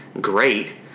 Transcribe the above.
great